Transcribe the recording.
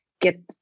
get